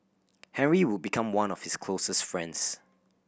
henry would become one of his closest friends